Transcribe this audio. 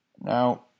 Now